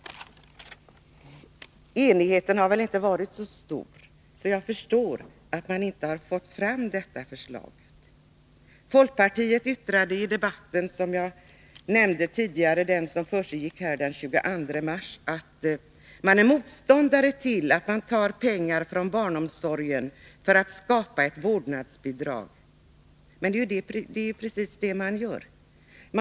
Enigheten har väl inte varit så stor, varför jag förstår att man inte fått fram detta förslag. Representanten för folkpartiet yttrade i den debatt som hölls här den 22 mars och som jag tidigare nämnde att man är motståndare till att det tas pengar från barnomsorgen för att skapa ett vårdnadsbidrag. Men det är ju precis det ni vill göra.